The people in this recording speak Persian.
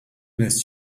دونست